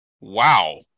Wow